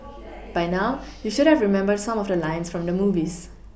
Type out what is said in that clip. by now you should have remembered some of the lines from the movies